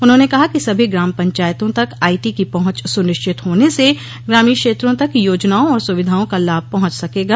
उन्होंने कहा कि सभी ग्राम पंचायतों तक आईटी की पहुंच सुनिश्चित होने से ग्रामीण क्षेत्रों तक योजनाओं और सुविधाओं का लाभ पहुंच सकेगा